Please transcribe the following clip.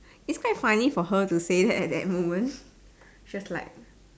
it's quite funny for her to say that at that moment she was like